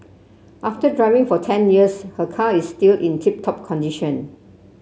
after driving for ten years her car is still in tip top condition